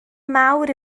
mawr